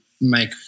make